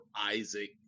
Isaac